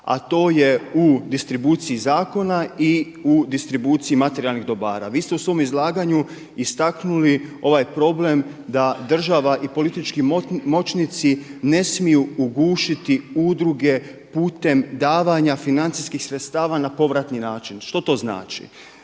a to je u distribuciji zakona i u distribuciji materijalnih dobara. Vi ste u svom izlaganju istaknuli ovaj problem da država i politički moćnici ne smiju ugušiti udruge putem davanja financijskih sredstava na povratni način. Što to znači?